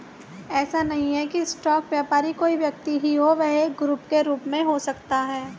ऐसा नहीं है की स्टॉक व्यापारी कोई व्यक्ति ही हो वह एक ग्रुप के रूप में भी हो सकता है